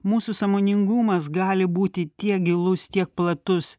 mūsų sąmoningumas gali būti tiek gilus tiek platus